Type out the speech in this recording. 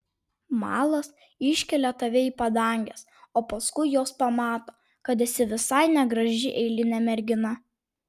malas iškelia tave į padanges o paskui jos pamato kad esi visai negraži eilinė mergina